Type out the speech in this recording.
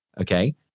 okay